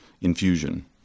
infusion